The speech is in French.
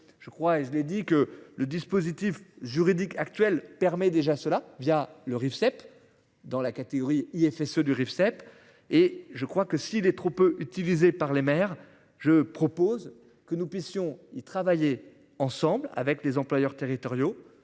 Je crois et je l'ai dit que le dispositif juridique actuel permet déjà cela via le Rifseep dans la catégorie il est fait ce du Rifseep et je crois que si il est trop peu utilisé par les maires. Je propose que nous puissions y travailler ensemble avec les employeurs territoriaux